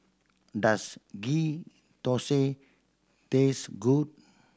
does Ghee Thosai taste good